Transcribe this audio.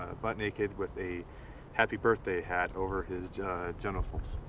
butt naked with a happy birthday hat over his genitals.